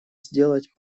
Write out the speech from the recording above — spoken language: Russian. сделать